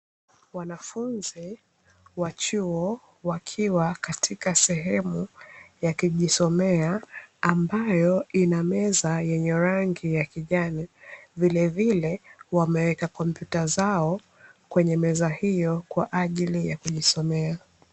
Wanafunzi wa chuo wakiwa katika sehemu ya kujisomea ambayo ina meza yenye rangi ya kijani, vilvile wameweka kompyuta zao kwenye meza hiyo kwa ajili ya kujisomea.